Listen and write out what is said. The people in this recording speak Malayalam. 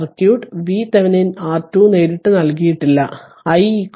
സർക്യൂട്ട് VThevenin R2 നേരിട്ട് നൽകിയിട്ടില്ല i VThevenin R210